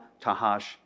Tahash